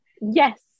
Yes